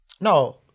No